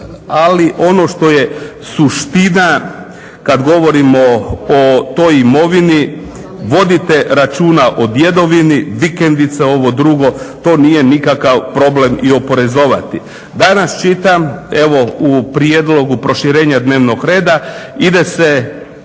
Ali ono što je suština kad govorimo o toj imovini, vodite računa o djedovini, vikendice, ovo drugo, to nije nikakav problem i oporezovati. Danas čitam evo u prijedlogu proširenja dnevnog reda ide